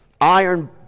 iron